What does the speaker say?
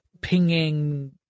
pinging